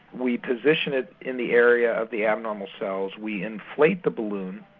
we'd position it in the area of the abnormal cells, we inflate the balloon.